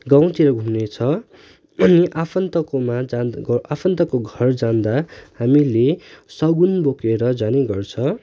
गाउँतिर घुम्ने छ आफन्तकोमा आफन्तको घर जाँदा हामीले सगुन बोकेर जाने गर्छ